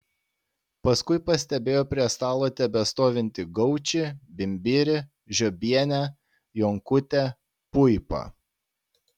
paskui pastebėjo prie stalo tebestovintį gaučį bimbirį žiobienę jonkutę puipą